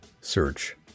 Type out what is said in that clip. search